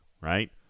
right